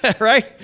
right